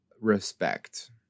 respect